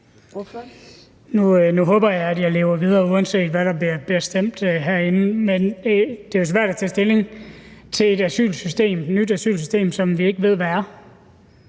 Nu håber jeg, at jeg lever videre, uanset hvad der bliver stemt herinde. Men det er jo svært at tage stilling til et asylsystem, et nyt asylsystem, som vi ikke ved hvad er.